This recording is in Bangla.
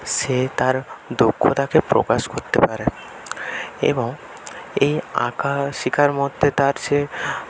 সে তার দক্ষতাকে প্রকাশ করতে পারে এবং এই আঁকা শিকার মধ্যে তার সে